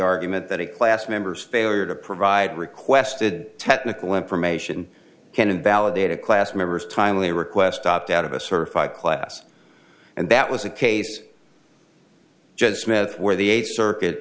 argument that a class members failure to provide requested technical information can invalidate a class members timely request opt out of a certified class and that was a case judge smith where the eighth circuit